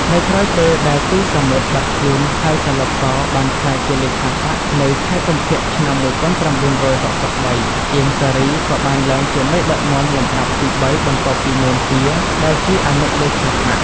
នៅក្រោយពេលដែល ទូ សាមុត បាត់ខ្លួន ហើយ សាឡុត ស បានក្លាយជាលេខាបក្ស នៅខែកុម្ភៈ ឆ្នាំ១៩៦៣ អៀង សារី ក៏បានឡើងជាមេដឹកនាំលំដាប់ទីបី បន្ទាប់ពី នួន ជា ដែលជាអនុលេខាបក្ស។